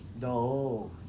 No